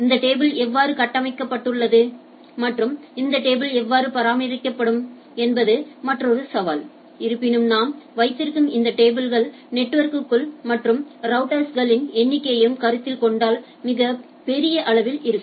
இந்த டேபிள் எவ்வாறு கட்டமைக்கப்பட்டுள்ளது மற்றும் இந்த டேபிள் எவ்வாறு பராமரிக்கப்படும் என்பது மற்றொரு சவால் இருப்பினும் நாம் வைத்திருக்கும் இந்த டேபிள்கள் நெட்வொர்குகள் மற்றும் ரௌட்டர்ஸ்களின் எண்ணிக்கையையும் கருத்தில் கொண்டால் மிகப் பெரிய அளவில் இருக்கும்